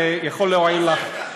זה יכול להועיל לך,